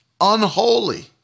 unholy